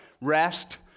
rest